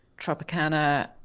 Tropicana